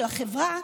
של החברה,